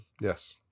Yes